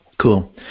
Cool